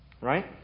Right